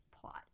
plot